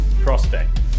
prospect